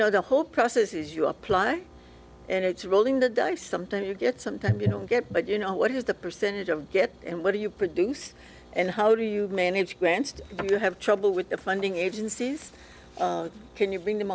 know the whole process is you apply and it's rolling the dice sometimes you get sometimes you don't get but you know what is the percentage of get and what do you produce and how do you manage grants do you have trouble with the funding agencies can you bring them